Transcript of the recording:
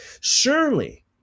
Surely